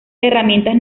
herramientas